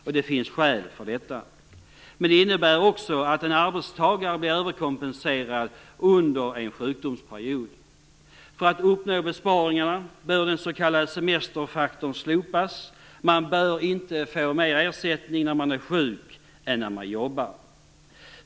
Det finns skäl för det. Men det innebär också att en arbetstagare blir överkompenserad under en sjukdomsperiod. För att uppnå besparingarna bör den s.k. semesterfaktorn avskaffas. Man bör inte få mer ersättning när man är sjuk än när man jobbar.